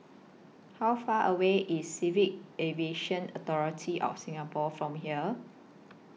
How Far away IS Civil Aviation Authority of Singapore from here